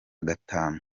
gatanu